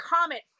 comment